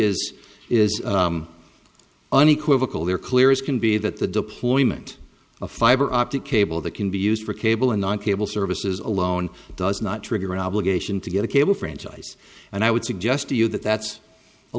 c is is unequivocal there clear as can be that the deployment of fiber optic cable that can be used for cable and not cable services alone does not trigger an obligation to get a cable franchise and i would suggest to you that that's a